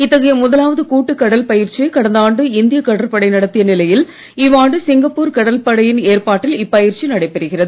இத்தகைய முதலாவது கூட்டு கடல் பயிற்சியை கடந்த ஆண்டு இந்திய கடற்படை நடத்திய நிலையில் இவ்வாண்டு சிங்கப்பூர் கடல் படையின் ஏற்பாட்டில் இப்பயிற்சி நடைபெறுகிறது